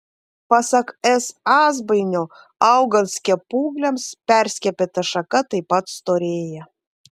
pasak s azbainio augant skiepūgliams perskiepyta šaka taip pat storėja